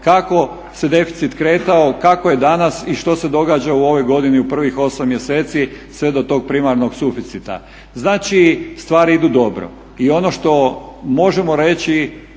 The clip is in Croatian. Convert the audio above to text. kako se deficit kretao, kako je danas i što se događa u ovoj godini u prvih 8 mjeseci sve do tog primarnog suficita. Znači stvari idu dobro. I ono što možemo reći